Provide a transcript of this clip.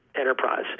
enterprise